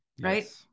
right